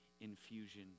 infusion